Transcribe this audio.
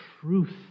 truth